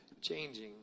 changing